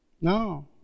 No